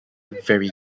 very